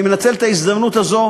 אני מנצל את ההזדמנות הזאת